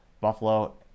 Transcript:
buffalo